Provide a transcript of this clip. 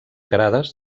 grades